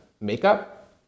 makeup